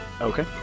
Okay